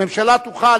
הממשלה תוכל,